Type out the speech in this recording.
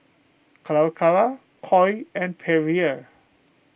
Calacara Koi and Perrier